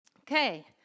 Okay